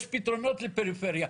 יש פתרונות לפריפריה.